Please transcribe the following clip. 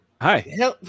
hi